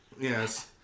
Yes